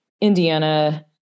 Indiana